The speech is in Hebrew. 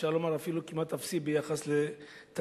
אפשר לומר אפילו כמעט אפסי ביחס לתקציב